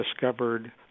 discovered